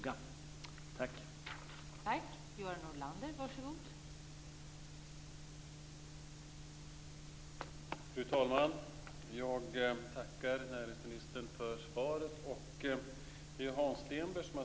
Norlander i stället fick delta i överläggningen.